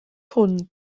hwn